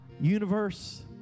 universe